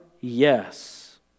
yes